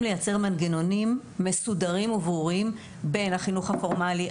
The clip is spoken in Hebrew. לייצר מנגנונים מסודרים וברורים בין החינוך הפורמלי,